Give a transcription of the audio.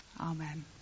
Amen